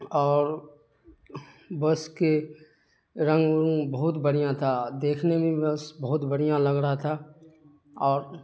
اور بس کے رنگ ونگ بہت بڑھیا تھا دیکھنے میں بھی بس بہت بڑھیا لگ رہا تھا اور